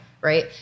Right